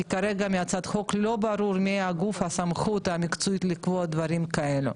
כי כרגע מהצעת החוק לא ברור מי הסמכות המקצועית לקבוע דברים כאלה.